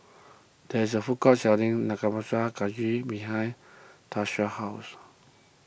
there is a food court selling Nanakusa Gayu behind Tarsha's house